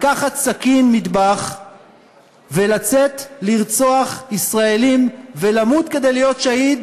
לקחת סכין מטבח ולצאת לרצוח ישראלים ולמות כדי להיות שהיד,